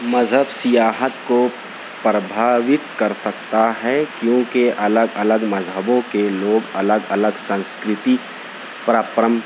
مذہب سیاحت کو پربھاوت کر سکتا ہے کیونکہ الگ الگ مذہبوں کے لوگ الگ الگ سنسکرتی پراپرم